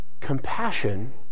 Compassion